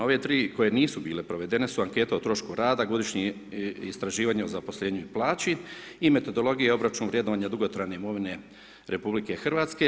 Ove tri koje nisu bile provedene su ankete o trošku rada, godišnje istraživanje o zaposlenju i plaći i metodologija i obračun vrednovanja dugotrajne imovine RH.